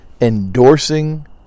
endorsing